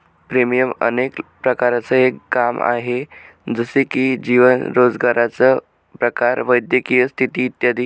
premium अनेक प्रकारांचं एक काम आहे, जसे की जीवन, रोजगाराचा प्रकार, वैद्यकीय स्थिती इत्यादी